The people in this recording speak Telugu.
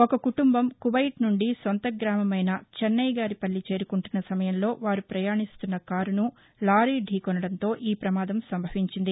ఒక కుటుంబం కువైట్ నుండి సొంత గ్రామమైన చెన్నై గారి పల్లి చేరు కుంటున్న సమయంలో వారు ప్రయాణిస్తున్న కారును లారీ ధీ కౌనడంతో ఈ ప్రమాదం సంభవించింది